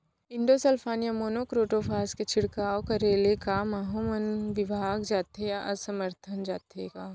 Endosulfan या monocrotophos के छिड़काव करे ले क माहो मन का विभाग जाथे या असमर्थ जाथे का?